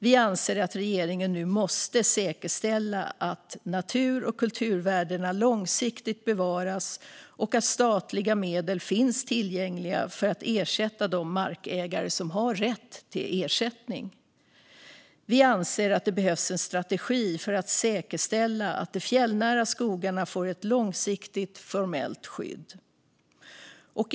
Vi anser att regeringen nu måste säkerställa att natur och kulturvärdena långsiktigt bevaras och att statliga medel finns tillgängliga för att ersätta de markägare som har rätt till ersättning. Vi anser att det behövs en strategi för att säkerställa att de fjällnära skogarna får ett långsiktigt formellt skydd.